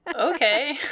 okay